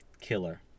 killer